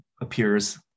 appears